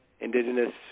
indigenous